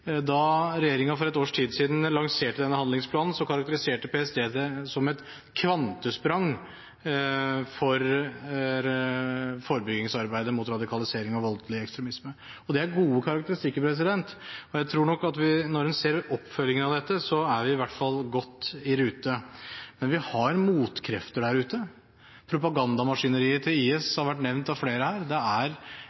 Da regjeringen for et års tid siden lanserte denne handlingsplanen, karakteriserte PST det som et kvantesprang for forebyggingsarbeidet mot radikalisering og voldelig ekstremisme. Det er gode karakteristikker, og jeg tror nok at når man ser oppfølgingen av dette, er vi i hvert fall godt i rute. Men vi har motkrefter der ute. Propagandamaskineriet til IS har vært nevnt av flere her. Det er